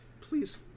please